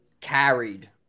carried